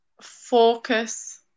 focus